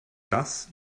das